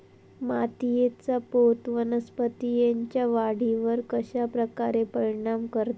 मातीएचा पोत वनस्पतींएच्या वाढीवर कश्या प्रकारे परिणाम करता?